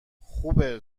خوبه